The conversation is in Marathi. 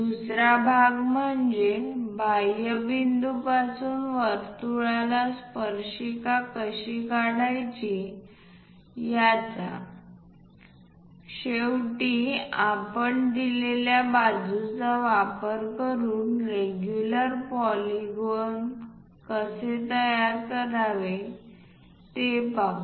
दुसरा भाग म्हणजे बाह्य बिंदूपासून वर्तुळाला स्पर्शिका कशी काढायची याचा शेवटी आपण दिलेल्या बाजूचा वापर करून रेगुलर पॉलीगोन कसे तयार करावे ते पाहू